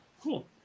cool